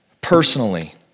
personally